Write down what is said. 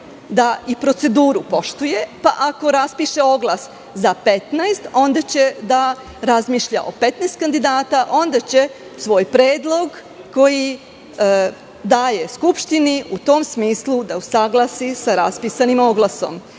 da i proceduru poštuje, pa ako raspiše oglas za 15, onda će da razmišlja o 15 kandidata, onda će svoj predlog koji daje Skupštini u tom smislu da usaglasi sa raspisanim oglasom.